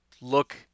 look